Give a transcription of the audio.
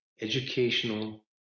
educational